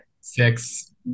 Six